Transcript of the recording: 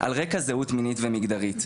על רקע זהות מינית ומגדרית.